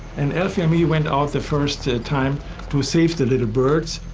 and elfie and me went out the first time to save the little birds.